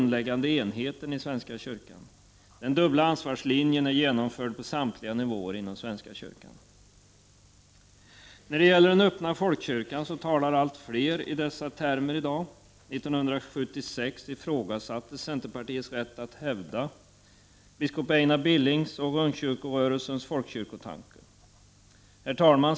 Den dubbla ansvarslinjen är genomförd på samtliga nivåer inom svenska kyrkan. När det gäller den öppna folkkyrkan så talar allt fler i dessa termer i dag. År 1976 ifrågasattes centerpartiets rätt att hävda biskop Einar Billings och ungkyrkorörelsens folkkyrkotanke. Herr talman!